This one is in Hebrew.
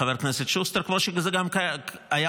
חבר הכנסת שוסטר, כמו שהיו בדרום.